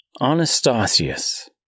Anastasius